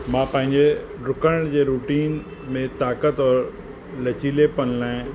मां पंहिंजे डुकण जे रूटीन में ताक़त औरि लचीलेपन लाइ